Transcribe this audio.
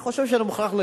אני מוכרח להגיד,